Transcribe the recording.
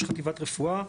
לראש חטיבת רפואה,